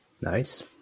Nice